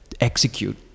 execute